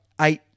eight